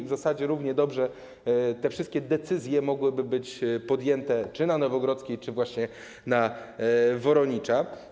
W zasadzie równie dobrze te wszystkie decyzje mogłyby być podjęte czy na Nowogrodzkiej, czy właśnie na Woronicza.